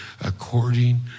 according